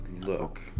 look